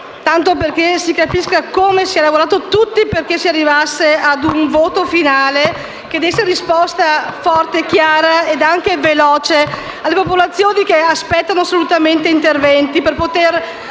tanto perché si capisca come si è lavorato tutti affinché si arrivasse ad un voto finale che desse una risposta forte, chiara ed anche veloce alle popolazioni che aspettano assolutamente degli interventi per poter